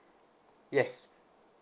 yes